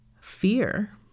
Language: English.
fear